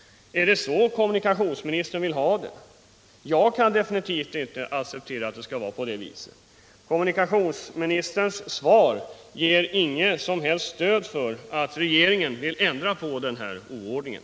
Är det så kommunikationsministern vill ha det? Jag kan definitivt inte acceptera att det skall vara på det viset. Kommunikationsministerns svar ger inget som helst stöd för att regeringen vill ändra på den här oordningen.